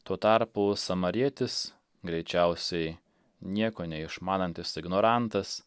tuo tarpu samarietis greičiausiai nieko neišmanantis ignorantas